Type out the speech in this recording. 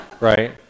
Right